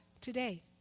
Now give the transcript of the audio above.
today